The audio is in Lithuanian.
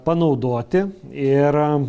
panaudoti ir